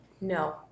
No